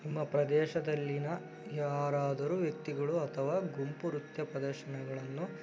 ನಿಮ್ಮ ಪ್ರದೇಶದಲ್ಲಿನ ಯಾರಾದರೂ ವ್ಯಕ್ತಿಗಳು ಅಥವಾ ಗುಂಪು ನೃತ್ಯ ಪ್ರದರ್ಶನಗಳನ್ನು